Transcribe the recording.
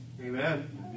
Amen